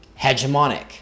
hegemonic